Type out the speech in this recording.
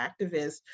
activists